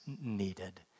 needed